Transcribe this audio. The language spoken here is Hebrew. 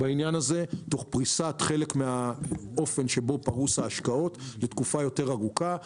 תוך פריסת חלק מהאופן שבו פרוסות ההשקעות לתקופה יותר ארוכה.